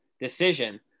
decision